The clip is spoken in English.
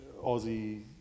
aussie